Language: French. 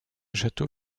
château